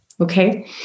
Okay